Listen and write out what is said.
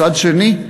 מצד שני,